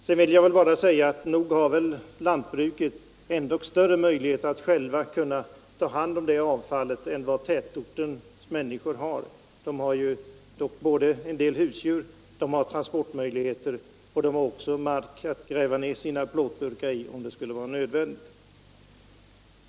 Sedan vill jag också säga att nog har väl lantbruket ändå större möjligheter att ta hand om sitt avfall än vad tätortens människor har. Lantbrukaren har ju ändå såväl husdjur som transportmöjligheter, och han har också mark att gräva ner sina plåtburkar i, om detta blir nödvändigt.